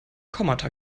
kommata